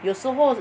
有时候